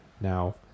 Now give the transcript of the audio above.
now